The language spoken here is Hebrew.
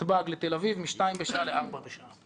מנתב"ג לתל אביב משתיים בשעה לארבע בשעה.